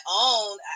own